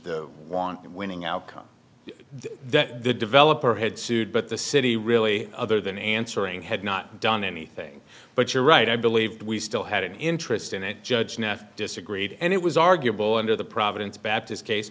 on winning outcomes that the developer had sued but the city really other than answering had not done anything but you're right i believe we still had an interest in a judge nath disagreed and it was arguable under the providence baptist case